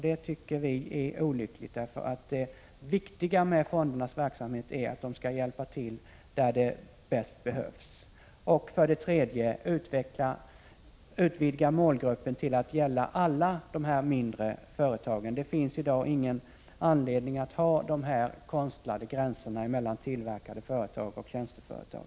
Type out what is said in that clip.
Det tycker vi är olyckligt, för det viktiga med fondernas verksamhet är att de hjälper till där det bäst behövs. 3. Målgruppen utvidgas till att gälla alla de mindre företagen. Det finns i dag ingen anledning att ha de konstlade gränserna mellan tillverkande företag och tjänsteföretag.